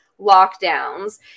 lockdowns